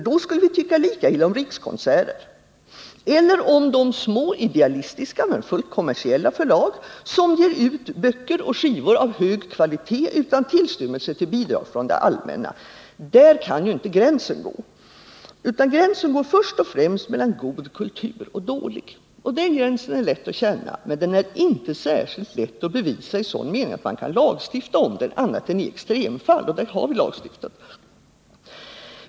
Då skulle vi tycka lika illa om Rikskonserter eller om de små idealistiska men fullt kommersiella förlag som ger ut böcker och skivor av hög kvalitet utan tillstymmelse till bidrag från det allmänna. Där kan inte gränsen gå. Gränsen går först och främst mellan god kultur och dålig kultur, och den gränsen är lätt att känna men inte särskilt lätt att bevisa i sådan mening att man kan lagstifta om den annat än i extremfall, och där har vi lagstiftat.